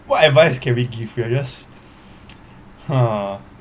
what advice can we give fairouz !huh!